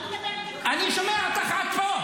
אני שומע אותך עד פה.